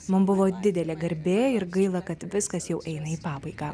mum buvo didelė garbė ir gaila kad viskas jau eina į pabaigą